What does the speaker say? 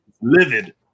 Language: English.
Livid